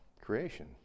creation